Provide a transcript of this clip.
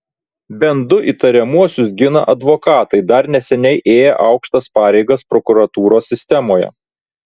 bent du įtariamuosius gina advokatai dar neseniai ėję aukštas pareigas prokuratūros sistemoje